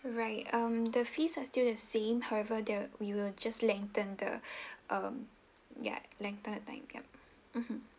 right um the fees are still the same however there we will just lengthen the um ya lengthen the diagram mmhmm